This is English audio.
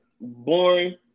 Boring